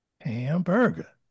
Hamburger